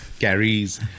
carries